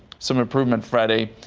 some improvement friday.